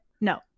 no